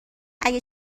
اگه